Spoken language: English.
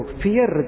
fear